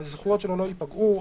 הזכויות שלו לא ייפגעו,